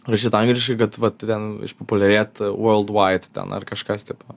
rašyt angliškai kad vat ten išpopuliarėt world wide ten ar kažkas tipo